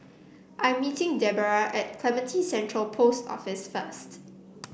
i am meeting Debera at Clementi Central Post Office first